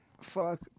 Fuck